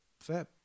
Fair